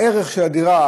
הערך של הדירה,